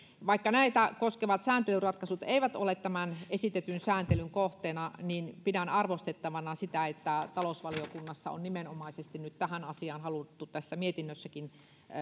vaikka näitä koskevat sääntelyratkaisut eivät ole tämän esitetyn sääntelyn kohteena niin pidän arvostettavana sitä että talousvaliokunnassa on nimenomaisesti nyt tähän asiaan haluttu tässä mietinnössäkin